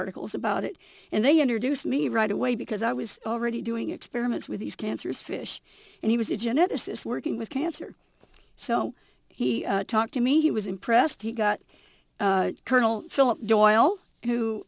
articles about it and they introduced me right away because i was already doing experiments with these cancers fish and he was a geneticist working with cancer so he talked to me he was impressed he got colonel philip doyle who